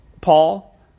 Paul